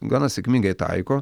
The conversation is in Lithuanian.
gana sėkmingai taiko